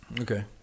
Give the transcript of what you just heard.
Okay